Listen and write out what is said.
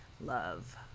love